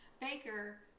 Baker